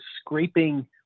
scraping